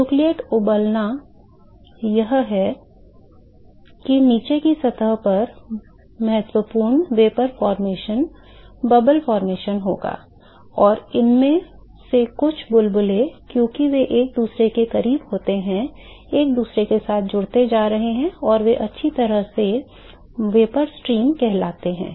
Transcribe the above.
nucleate उबलना यह है कि नीचे की सतह पर महत्वपूर्ण वाष्प गठन बुलबुला गठन होगा और इनमें से कुछ बुलबुले क्योंकि वे एक दूसरे के करीब बनते हैं वे एक दूसरे के साथ जुड़ते जा रहे हैं और वे अच्छी तरह से वाष्प धारा कहलाते हैं